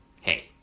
hey